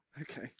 Okay